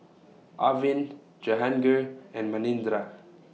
Arvind Jehangirr and Manindra